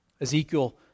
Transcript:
Ezekiel